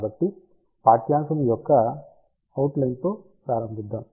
కాబట్టి పాఠ్యాంశము యొక్క అవుట్ లైన్ తో ప్రారంభిద్దాం